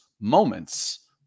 moments